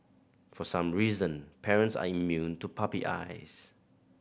for some reason parents are immune to puppy eyes